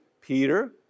Peter